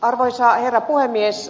arvoisa herra puhemies